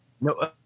no